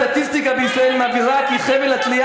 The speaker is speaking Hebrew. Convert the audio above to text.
הסטטיסטיקה בישראל מבהירה כי חבל התלייה